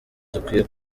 dukwiye